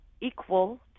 equal